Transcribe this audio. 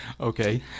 Okay